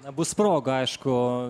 abu sprogo aišku